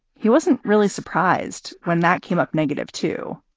he wasn't really surprised when that came up negative, too.